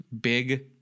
big